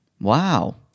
Wow